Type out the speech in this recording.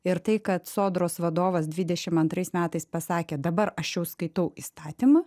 ir tai kad sodros vadovas dvidešim antrais metais pasakė dabar aš jau skaitau įstatymą